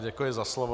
Děkuji za slovo.